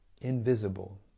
invisible